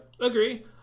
agree